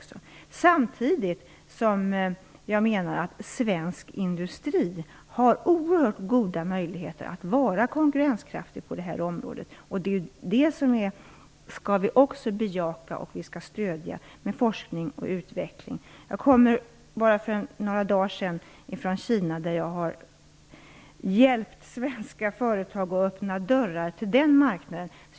Samtidigt menar jag att svensk industri har oerhört goda möjligheter att vara konkurrenskraftig på det här området, och det skall vi också bejaka och stödja med forskning och utveckling. Jag kom för bara några dagar sedan från Kina, där jag har hjälpt svenska företag att öppna dörrar till den marknaden.